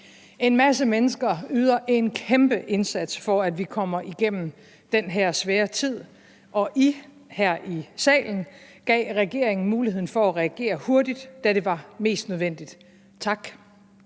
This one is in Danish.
En masse mennesker yder en kæmpe indsats, for at vi kommer igennem den her svære tid, og I her i salen gav regeringen mulighed for at reagere hurtigt, da det var mest nødvendigt. Tak!